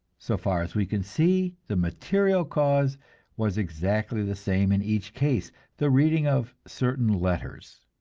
so far as we can see, the material cause was exactly the same in each case the reading of certain letters.